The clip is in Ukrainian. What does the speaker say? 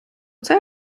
цей